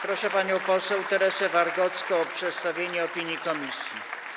Proszę panią poseł Teresę Wargocką o przedstawienie opinii komisji.